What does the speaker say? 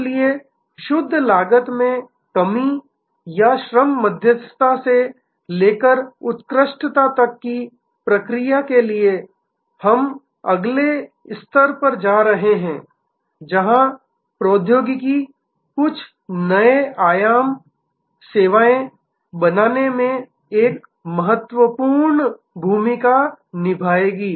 इसलिए शुद्ध लागत में कमी या श्रम मध्यस्थता से लेकर उत्कृष्टता तक की प्रक्रिया के लिए हम अगले स्तर पर जा रहे हैं जहां प्रौद्योगिकी कुछ नए आयाम सेवाएं बनाने में एक नई भूमिका निभाएगी